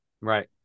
Right